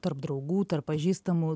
tarp draugų tarp pažįstamų